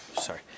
Sorry